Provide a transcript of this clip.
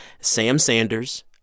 samsanders